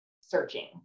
searching